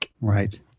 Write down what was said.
Right